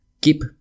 keep